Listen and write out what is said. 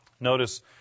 Notice